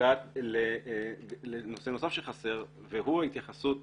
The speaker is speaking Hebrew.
נוגעת לנושא נוסף שחסר וזו ההתייחסות